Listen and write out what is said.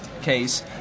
case